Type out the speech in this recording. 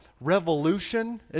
Revolution